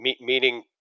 Meaning